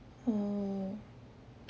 oo